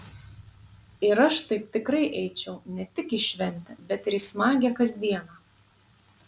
ir aš taip tikrai eičiau ne tik į šventę bet ir į smagią kasdieną